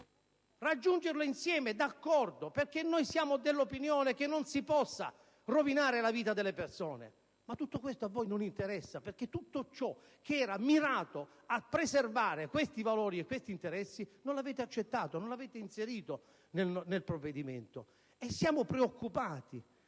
raggiungerlo insieme, d'accordo, perché siamo dell'opinione che non si possa rovinare la vita delle persone. Ma tutto questo a voi non interessa perché tutto ciò che era mirato a preservare questi valori e questi interessi non lo avete accettato, né inserito nel provvedimento. Siamo preoccupati